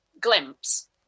glimpse